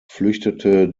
flüchtete